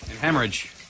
Hemorrhage